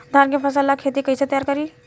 धान के फ़सल ला खेती कइसे तैयार करी?